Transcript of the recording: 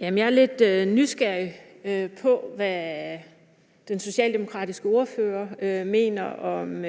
Jeg er lidt nysgerrig på, hvad den socialdemokratiske ordfører mener om